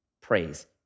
Praise